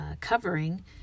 covering